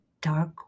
dark